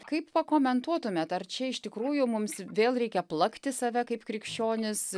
kaip pakomentuotumėt ar čia iš tikrųjų mums vėl reikia plakti save kaip krikščionis